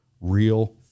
real